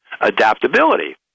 adaptability